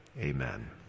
amen